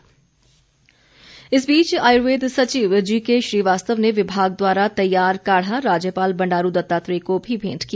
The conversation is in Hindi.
राज्यपाल इस बीच आयुर्वेद सचिव जीके श्रीवास्तव ने विभाग द्वारा तैयार काढ़ा राज्यपाल बंडारू दत्तात्रेय को भी भेंट किया